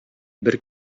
бер